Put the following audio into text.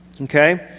Okay